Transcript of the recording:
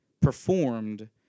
performed